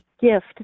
gift